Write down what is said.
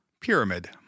pyramid